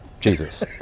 Jesus